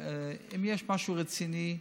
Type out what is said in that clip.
אם יש משהו רציני,